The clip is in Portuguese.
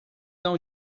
não